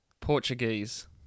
Portuguese